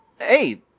Hey